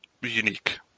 unique